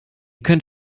könnt